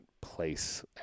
place